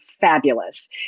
fabulous